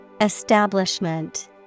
Establishment